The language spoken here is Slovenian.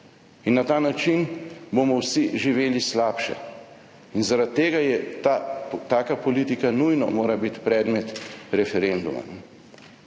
In na ta način bomo vsi živeli slabše. In zaradi tega taka politika nujno mora biti predmet referenduma.